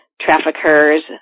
traffickers